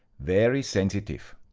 very sensitive.